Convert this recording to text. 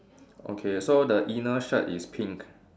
okay so the inner shirt is pink